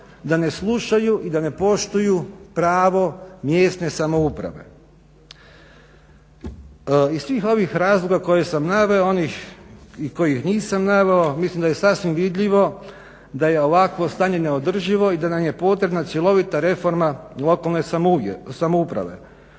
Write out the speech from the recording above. da ne slušaju i da ne poštuju pravo mjesne samouprave. Iz svih ovih razloga koje sam naveo i onih koje nisam naveo mislim da je sasvim vidljivo da je ovakvo stanje neodrživo i da nam je potrebna cjelovita reforma lokalne samouprave.